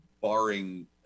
barring